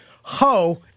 ho